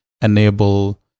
enable